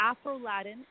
Afro-Latin